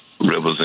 represent